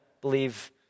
believe